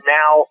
now